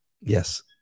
Yes